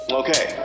okay